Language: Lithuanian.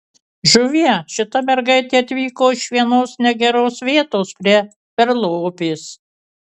žuvie šita mergaitė atvyko iš vienos negeros vietos prie perlo upės